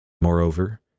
Moreover